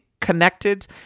connected